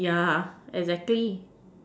yeah exactly